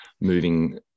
moving